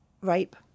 rape